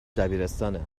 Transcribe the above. دبیرستانه